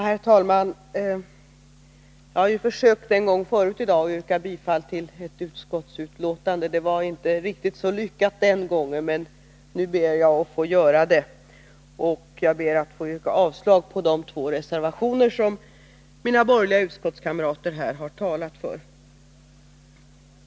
Herr talman! Jag har en gång tidigare i dag försökt yrka bifall till hemställan i ett utskottsbetänkande. Det var inte riktigt så lyckat den gången, men nu ber jag att få göra det. Jag yrkar också avslag på de två reservationer som mina borgerliga utskottskamrater här har talat för.